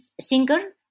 singer